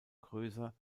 größer